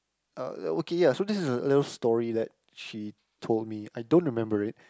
uh okay ya so this is a little story that she told me I don't remember it